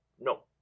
No